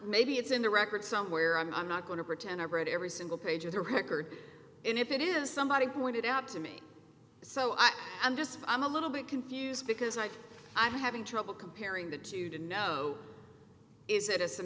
maybe it's in the record somewhere i'm not going to pretend i've read every single page of the record and if it is somebody pointed out to me so i am just i'm a little bit confused because i i'm having trouble comparing the two to know is it a